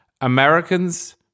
Americans